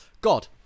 God